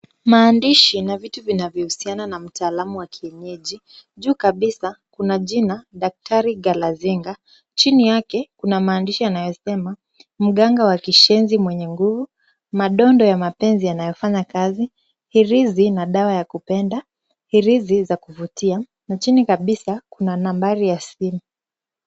Maandishi na vitu vinavyohusiana na mtaalamu wa kienyeji. Juu kabisa kuna jina Daktari Galazinga. Chini yake kuna maandishi yanayosema mganga wa kishenzi mwenye nguvu, madongo ya mapenzi yanayofanya kazi, hirizi na dawa ya kupenda, hirizi za kuvutia na chini kabisa kuna nambari ya simu.